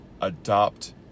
adopt